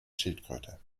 schildkröte